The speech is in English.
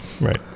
right